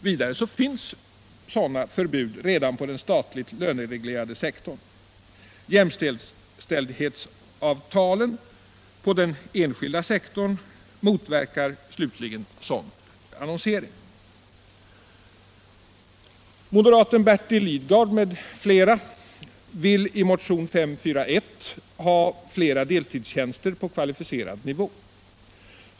Vidare finns sådana förbud redan på den statligt lö nereglerade sektorn. Jämställdhetsavtalen på den enskilda sektorn mot = Nr 24 verkar slutligen sådan annonsering. Torsdagen den Moderaten Bertil Lidgard m.fl. har i motionen 541 begärt fler del 10 november 1977 tidstjänster på kvalificerad nivå.